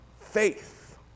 faith